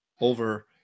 over